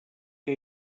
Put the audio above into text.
que